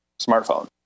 smartphone